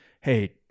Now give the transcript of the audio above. Hey